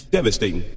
Devastating